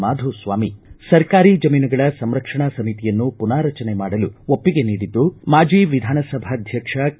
ಮಾಧುಸ್ವಾಮಿ ಸರ್ಕಾರಿ ಜಮೀನುಗಳ ಸಂರಕ್ಷಣಾ ಸಮಿತಿಯನ್ನು ಪುನಾರಚನೆ ಮಾಡಲು ಒಪ್ಪಿಗೆ ನೀಡಿದ್ದು ಮಾಜಿ ವಿಧಾನಸಭಾಧ್ಯಕ್ಷ ಕೆ